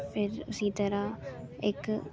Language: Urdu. پھر اسی طرح ایک